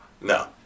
No